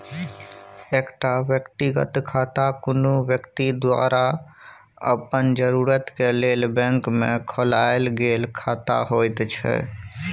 एकटा व्यक्तिगत खाता कुनु व्यक्ति द्वारा अपन जरूरत के लेल बैंक में खोलायल गेल खाता होइत छै